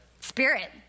spirit